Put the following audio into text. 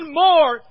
more